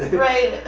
right.